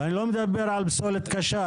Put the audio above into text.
אני לא מדבר על פסולת קשה,